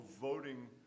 voting